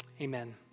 Amen